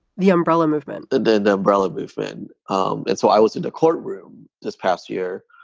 the umbrella movement, the the umbrella movement. and um and so i was in the courtroom this past year